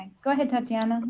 go ahead, tattianna?